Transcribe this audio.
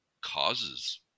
causes